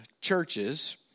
churches